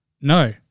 No